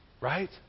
Right